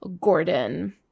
Gordon